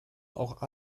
auch